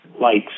lights